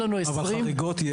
אבל יש שם חריגות.